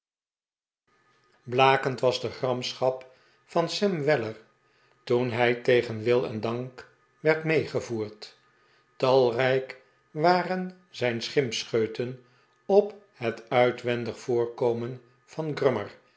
blakend was de gramschap van sam weller toen hij tegen wil en dank werd meegevoerd talrijk waren zijn schimpscheuten op het uitwendig voorkomen van